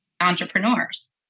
entrepreneurs